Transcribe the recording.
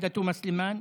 עאידה תומא סלימאן,